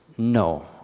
No